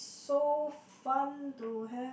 so fun to have